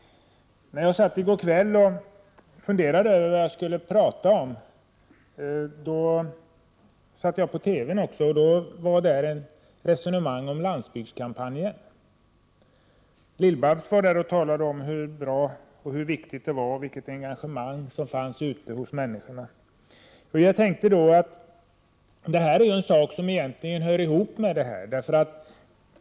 När jag i går kväll funderade på vad jag skulle prata om satte jag på TV:n, och där fördes ett resonemang om landsbygdskampanjen. Lill-Babs talade om hur bra och viktig den var och vilket engagemang som fanns hos människorna. Jag tänkte då att det egentligen är en sak som hör ihop med dessa frågor.